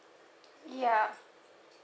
ya